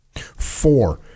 Four